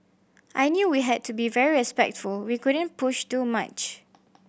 I knew we had to be very respectful we couldn't push too much